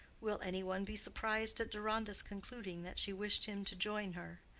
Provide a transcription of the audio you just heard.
will any one be surprised at deronda's concluding that she wished him to join her?